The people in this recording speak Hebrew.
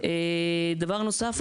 דבר נוסף,